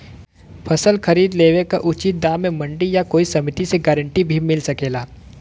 फसल खरीद लेवे क उचित दाम में मंडी या कोई समिति से गारंटी भी मिल सकेला?